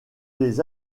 les